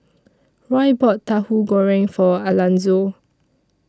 Roy bought Tahu Goreng For Alanzo